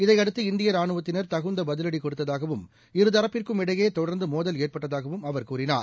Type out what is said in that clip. இதையடுத்து இந்திய ரானுவத்தினா் தகுந்த பதிவடி கொடுத்ததாகவும் இரு தரப்பிற்கும் இடையே தொடர்ந்து மோதல் ஏற்பட்டதாகவும் அவர் கூறினார்